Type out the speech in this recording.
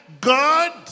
God